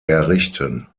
errichten